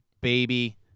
baby